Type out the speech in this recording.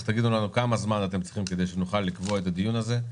כמה זמן אתם צריכים כדי שנוכל לקבוע את הדיון הזה.